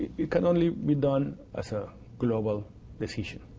it can only be done as a global position.